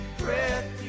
breath